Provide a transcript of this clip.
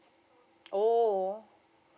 oh